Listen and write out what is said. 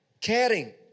caring